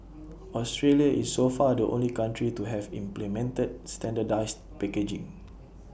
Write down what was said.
Australia is so far the only country to have implemented standardised packaging